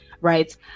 right